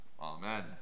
Amen